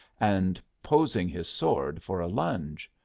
and posing his sword for a lunge.